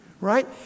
right